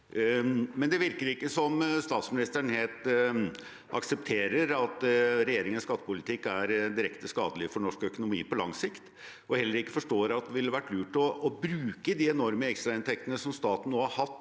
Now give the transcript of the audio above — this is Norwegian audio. Men det virker ikke som at statsministeren helt aksepterer at regjeringens skattepolitikk er direkte skadelig for norsk økonomi på lang sikt, og heller ikke forstår at det ville vært lurt å bruke de enorme ekstrainntektene som staten nå har hatt